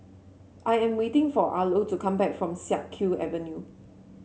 I am waiting for Arlo to come back from Siak Kew Avenue